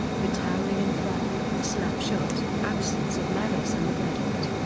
the towering inferno, slap shot, absence of malice and the verdict.